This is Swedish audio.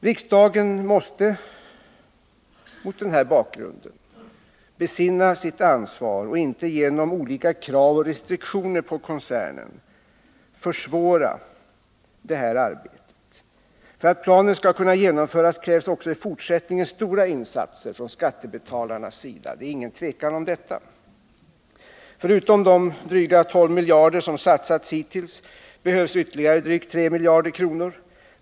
Riksdagen måste mot den här bakgrunden besinna sitt ansvar och inte genom olika krav och restriktioner på koncernen försvåra detta arbete. För att planen skall kunna genomföras krävs också i fortsättningen stora insatser från skattebetalarnas sida — det är inget tvivel om det. Förutom de drygt 12 miljarder som satsats hittills behövs ytterligare drygt 3 miljarder.